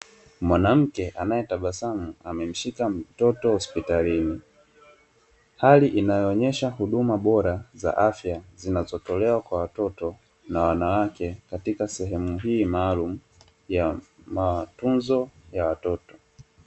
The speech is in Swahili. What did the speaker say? Mwanamke anayetabasamu amemshika mtoto hospitalini. Hali inayoonyesha huduma bora za afya zinazotolewa kwa watoto na wanawake katika sehemu hii maalumu ya matunzo ya watoto.